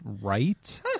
right